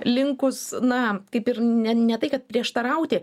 linkus na kaip ir ne ne tai kad prieštarauti